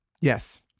Yes